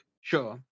Sure